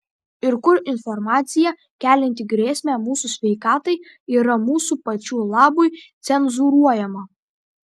ir kur informacija kelianti grėsmę mūsų sveikatai yra mūsų pačių labui cenzūruojama